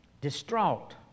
distraught